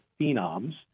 phenoms